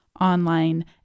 online